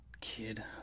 kid